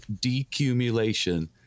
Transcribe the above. decumulation